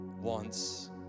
wants